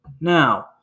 Now